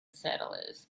settlers